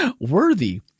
Worthy